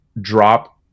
drop